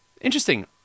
Interesting